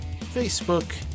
Facebook